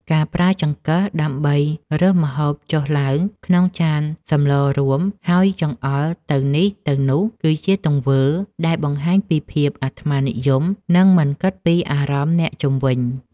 ការប្រើចង្កឹះដើម្បីរើសម្ហូបចុះឡើងក្នុងចានសម្លរួមហើយចង្អុលទៅនេះទៅនោះគឺជាទង្វើដែលបង្ហាញពីភាពអាត្មានិយមនិងមិនគិតពីអារម្មណ៍អ្នកជុំវិញ។